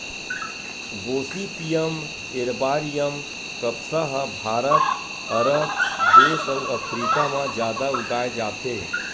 Gossypium एरबॉरियम कपसा ह भारत, अरब देस अउ अफ्रीका म जादा उगाए जाथे